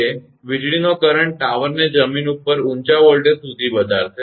તે વીજળીનો કરંટ ટાવરને જમીનની ઉપર ઊંચા વોલ્ટેજ સુધી વધારશે